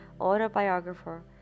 autobiographer